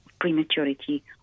prematurity